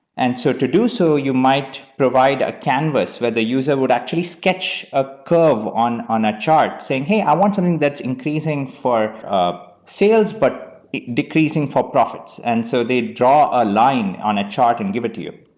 and so to do so, you might provide a canvas where the user would actually sketch a curve on on a chart saying, hey, i want something that's increasing for sales, but decreasing for profits. and so they draw a line on a chart and give it to.